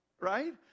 right